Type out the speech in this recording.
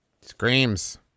Screams